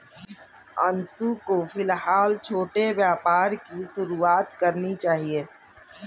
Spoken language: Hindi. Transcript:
अंशु को फिलहाल छोटे व्यापार की शुरुआत करनी चाहिए